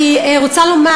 אני רוצה לומר,